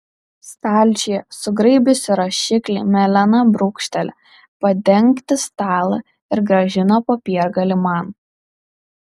stalčiuje sugraibiusi rašiklį melena brūkšteli padengti stalą ir grąžina popiergalį man